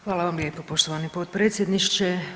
Hvala vam lijepo poštovani potpredsjedniče.